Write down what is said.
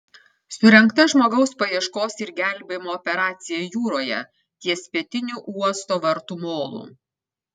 surengta žmogaus paieškos ir gelbėjimo operacija jūroje ties pietiniu uosto vartų molu